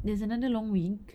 there's another long week